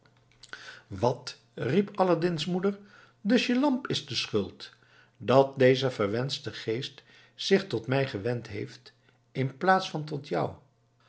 wat riep aladdin's moeder dus je lamp is schuld dat deze verwenschte geest zich tot mij gewend heeft in plaats van tot jou